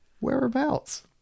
Whereabouts